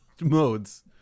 modes